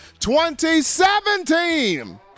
2017